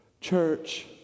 Church